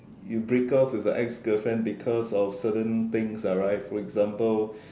you break off with your ex girlfriend because of certain things lah right for example